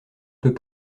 peux